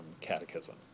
catechism